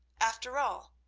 after all,